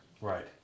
Right